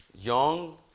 young